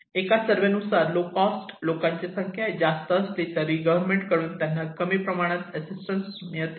एका सर्व्हेनुसार low caste लोकांची संख्या जास्त असली तरी गव्हर्मेंट कडून त्यांना कमी प्रमाणात असिस्टन्स मिळत असतो